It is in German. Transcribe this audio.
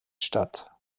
statt